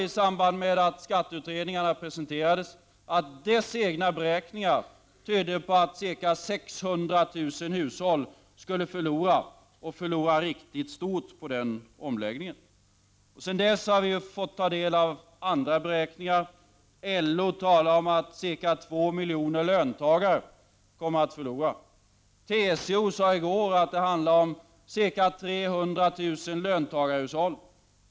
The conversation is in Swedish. I samband med att skatteutredningarna presenterades konstaterade vi att deras egna beräkningar visade att ca 600000 hushåll skulle förlora mycket stort på omläggningen. Sedan dess har vi också fått ta del av andra beräkningar. LO talar om att cirka två miljoner löntagare kommer att förlora. TCO sade i går att det handlar om ca 300 000 löntagarhushåll.